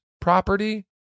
property